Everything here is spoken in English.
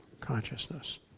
consciousness